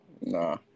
Nah